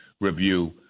review